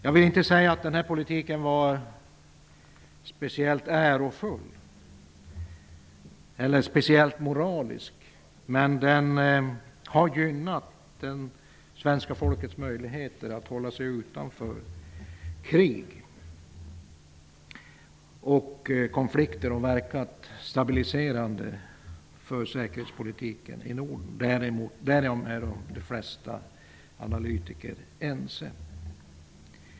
Jag vill inte säga att den här politiken har varit speciellt ärofull eller speciellt moralisk, men den har gynnat svenska folkets möjligheter att hålla sig utanför krig och konflikter och verkat stabiliserande för säkerhetspolitiken i Norden. Därom är de flesta analytiker ense.